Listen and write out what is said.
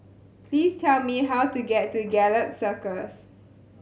please tell me how to get to Gallop Circus